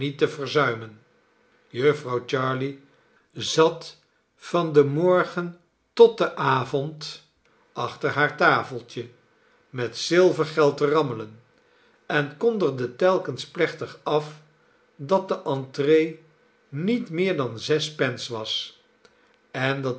te verzuimen jufvrouw jarley zat van den morgen tot den avond achter haar tafeltje met zilvergeld te rammelen en kondigde telkens plechtig af dat de entree niet meer dan zes pence was en dat